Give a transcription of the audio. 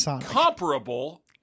comparable